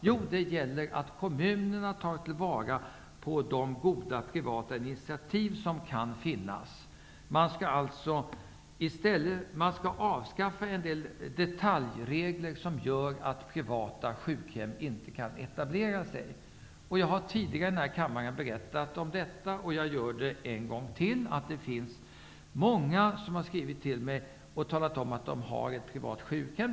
Jo, det gäller att kommunerna tar vara på de goda privata initiativ som kan finnas. Detaljregler som gör att privata sjukhem inte kan etablera sig skall avskaffas. Jag har tidigare i denna kammare berättat om detta, och jag gör det nu en gång till. Många har skrivit till mig och talat om att de har privata sjukhem.